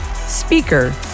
speaker